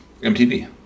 MTV